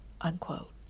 unquote